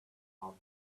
how